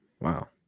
wow